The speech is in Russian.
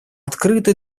открыты